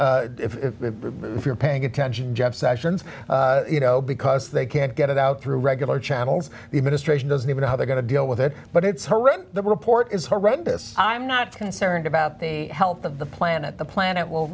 if you're paying attention jeff sessions you know because they can't get it out through regular channels the administration doesn't even know how they're going to deal with it but it's horrendous the report is horrendous i'm not concerned about the health of the planet the planet w